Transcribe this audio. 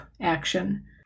action